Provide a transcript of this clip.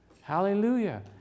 Hallelujah